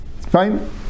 Fine